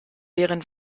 wären